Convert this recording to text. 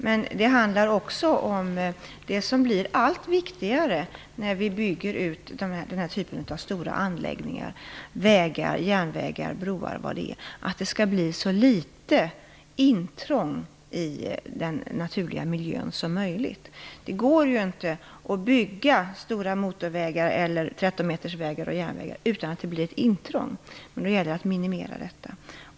Men det handlar också om det som blir allt viktigare, när vi bygger ut den här typen av stora anläggningar, vägar, järnvägar, broar osv., nämligen att det skall bli så litet intrång som möjligt i den naturliga miljön. Det går ju inte att bygga stora motorvägar, 13-metersvägar och järnvägar utan att det blir intrång, och då gäller det att minimera detta.